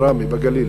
בראמה, בגליל.